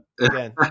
again